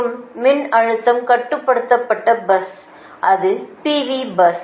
மற்றும் மின்னழுத்தம் கட்டுப்படுத்தபட்ட பஸ் அது PV பஸ்